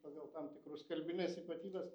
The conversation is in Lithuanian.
pagal tam tikrus kalbines ypatybes